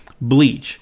Bleach